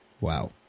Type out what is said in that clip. Wow